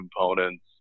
components